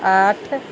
आठ